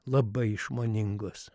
labai išmoningos